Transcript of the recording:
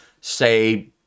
say